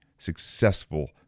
successful